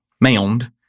mound